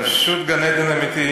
פשוט גן-עדן אמיתי.